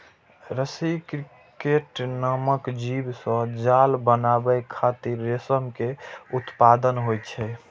रसी क्रिकेट नामक जीव सं जाल बनाबै खातिर रेशम के उत्पादन होइ छै